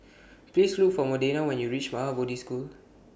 Please Look For Modena when YOU REACH Maha Bodhi School